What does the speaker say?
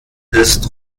ist